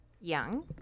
young